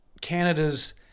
Canada's